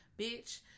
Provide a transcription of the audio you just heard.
bitch